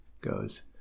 goes